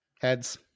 Heads